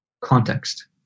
context